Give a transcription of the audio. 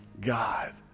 God